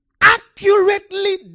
accurately